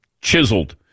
chiseled